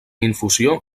infusió